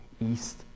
east